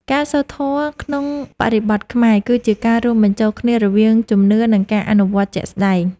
ការសូត្រធម៌ក្នុងបរិបទខ្មែរ គឺជាការរួមបញ្ចូលគ្នារវាងជំនឿ និងការអនុវត្តជាក់ស្ដែង។